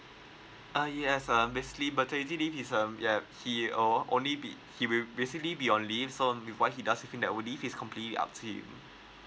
uh yes uh basically maternity leave is um yup he uh or only be he will basically be on leave so um leave is completely up to you